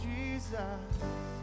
Jesus